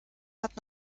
hat